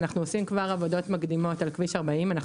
אנחנו עושים כבר עבודות מקדימות על כביש 40. אנחנו